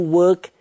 work